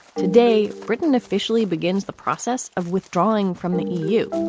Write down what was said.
today, britain officially begins the process of withdrawing from the eu.